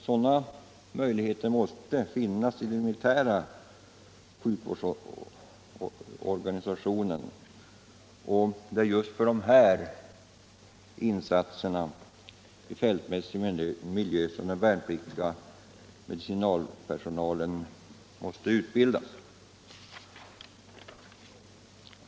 Sådana möjligheter måste finnas i den militära sjukvårdsorganisationen, och det är just för dessa insatser i fältmässig miljö som den värnpliktiga medicinalpersonalen måste utbildas.